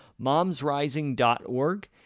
MomsRising.org